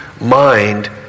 mind